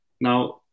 Now